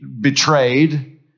betrayed